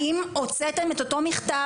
האם הוצאתם את אותו מכתב,